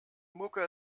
mucke